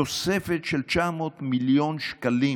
התוספת של 900 מיליון שקלים